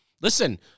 listen